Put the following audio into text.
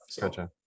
Gotcha